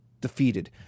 defeated